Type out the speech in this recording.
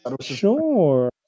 sure